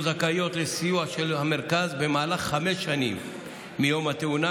זכאיות לסיוע של המרכז במהלך חמש שנים מיום התאונה,